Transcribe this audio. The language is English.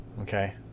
Okay